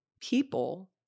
people